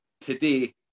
today